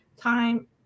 time